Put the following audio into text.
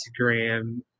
Instagram